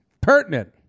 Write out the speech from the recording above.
Pertinent